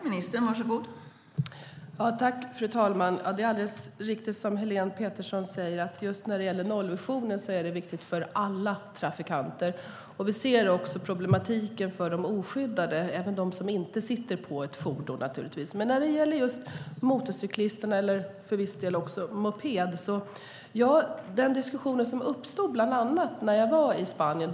Fru talman! Det är alldeles riktigt som Helene Petersson säger att nollvisionen är viktig för alla trafikanter. Vi ser också problematiken för de oskyddade, även de som inte sitter på ett fordon. Men när det gäller motorcyklisterna och till viss del också mopedisterna: Det uppstod en diskussion bland annat när jag var i Spanien.